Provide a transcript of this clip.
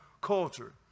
culture